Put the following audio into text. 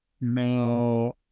no